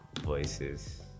voices